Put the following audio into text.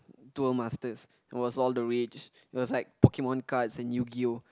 duel-masters was all the way rage it was like Pokemon cards and yu-gi-oh